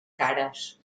cares